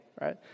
right